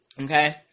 Okay